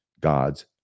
God's